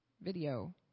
Video